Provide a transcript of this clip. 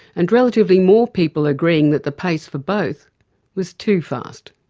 and relatively more people agreeing that the pace for both was too fast.